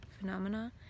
phenomena